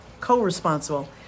co-responsible